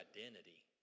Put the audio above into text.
identity